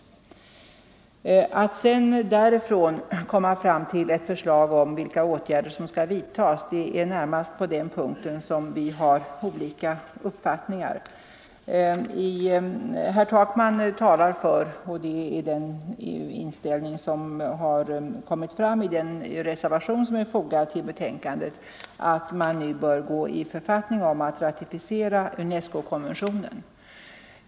Det är närmast när det gäller att därifrån komma fram till ett förslag om vilka åtgärder man skall vidta som vi har olika uppfattningar. Herr Takman talar för den inställning som också anförs i den till betänkandet fogade reservationen, nämligen att man nu bör gå i författning om att ratificera UNESCO-konventionen.